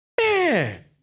Man